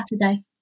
Saturday